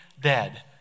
dead